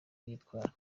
yitwara